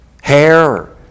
hair